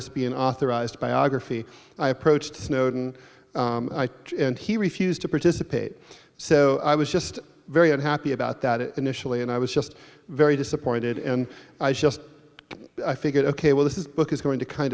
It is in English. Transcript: this be an authorized biography i approached snowden and he refused to participate so i was just very unhappy about that it initially and i was just very disappointed and i just i figured ok well this is book is going to kind